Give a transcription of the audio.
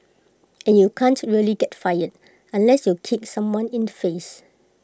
and you can't really get fired unless you kicked someone in the face